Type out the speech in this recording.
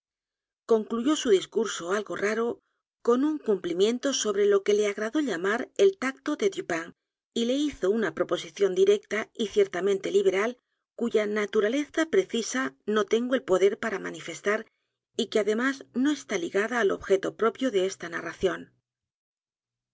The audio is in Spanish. concluyó su discurso algo raro con un cumplimiento sobre lo que le a g r a d ó llamar el tacto de dupin y le hizo una p r o posición directa y ciertamente liberal cuya naturaleza precisa no tengo el poder para manifestar y que además no está ligada al objeto propio de esta n